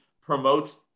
promotes